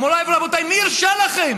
מוריי ורבותיי, מי הרשה לכם?